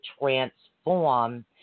transform